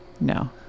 no